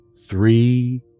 three